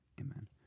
Amen